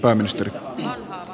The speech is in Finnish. arvoisa puhemies